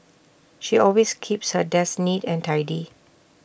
she always keeps her desk neat and tidy